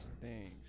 Thanks